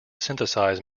synthesize